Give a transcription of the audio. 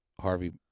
Harvey